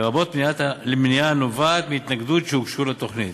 לרבות מניעה הנובעת מהתנגדות שהוגשה לתוכנית.